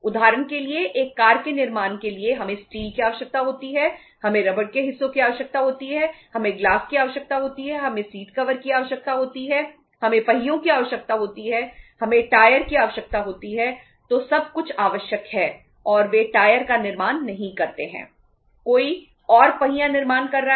उदाहरण के लिए एक कार के निर्माण के लिए हमें स्टील के पुर्जों का निर्माण कोई और कर रहा है